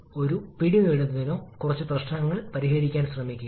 നമ്മൾ point number 5 ലേക്ക് പോകുന്നു ഇതിനാണ് വീണ്ടും ചൂടാക്കൽ ഘട്ടം